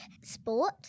sport